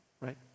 right